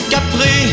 Capri